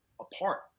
apart